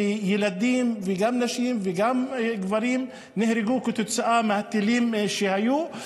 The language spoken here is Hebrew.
וילדים וגם נשים וגם גברים נהרגו מהטילים שהיו,